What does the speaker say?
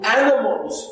animals